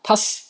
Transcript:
他是